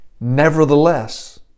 Nevertheless